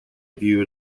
viewed